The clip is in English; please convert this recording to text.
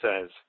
says